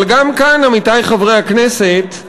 אבל גם כאן, עמיתי חברי הכנסת,